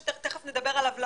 שתיכף נדבר עליו לעומק,